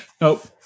Nope